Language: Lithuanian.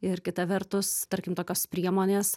ir kita vertus tarkim tokios priemonės